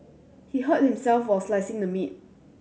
he hurt himself while slicing the meat